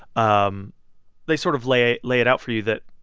um they sort of lay lay it out for you that,